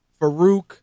Farouk